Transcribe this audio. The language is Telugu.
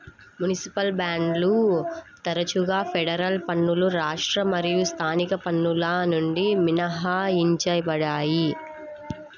మునిసిపల్ బాండ్లు తరచుగా ఫెడరల్ పన్నులు రాష్ట్ర మరియు స్థానిక పన్నుల నుండి మినహాయించబడతాయి